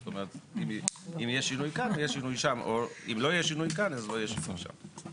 זאת אומרת יש את האיזון והחשש לקבל הסכמות.